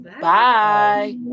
Bye